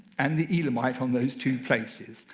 and the elamite on those two places.